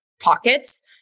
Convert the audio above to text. pockets